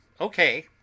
okay